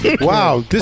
Wow